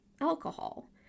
alcohol